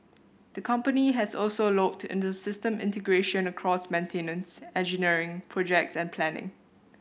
the company has also looked into system integration across maintenance engineering projects and planning